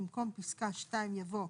במקום פסקה (2) יבוא: